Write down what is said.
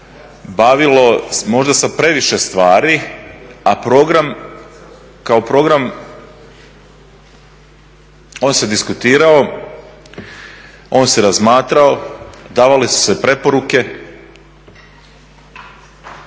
bavilo možda sa previše stvari, a program kao program on se diskutirao, on se razmatrao, davale su se preporuke